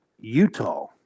Utah